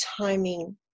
timing